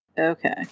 Okay